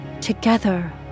together